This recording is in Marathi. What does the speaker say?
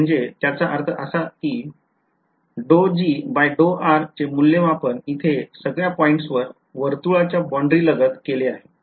म्हणजे त्याचा अर्थ असा आहे कि चे मूल्यमापन इथे सगळ्या पॉईंट्सवर वर्तुळाच्या boundary लगत केले आहे